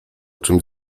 czymś